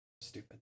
Stupid